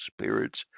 spirits